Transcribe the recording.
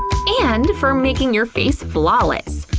and for making your face flawless.